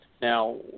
Now